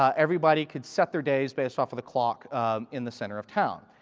ah everybody could set their day based off of the clock in the center of town.